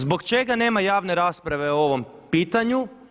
Zbog čega nema javne rasprave o ovom pitanju?